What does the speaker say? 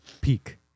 peak